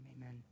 Amen